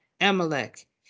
Amalek